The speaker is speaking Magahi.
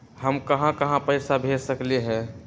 हम कहां कहां पैसा भेज सकली ह?